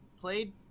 played